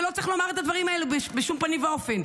ולא צריך לומר את הדברים האלה בשום פנים ואופן,